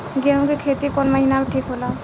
गेहूं के खेती कौन महीना में ठीक होला?